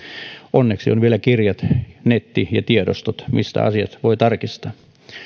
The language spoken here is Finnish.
onneksi on vielä kirjat netti ja tiedostot mistä asiat voi tarkistaa